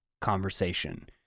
conversation